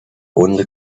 only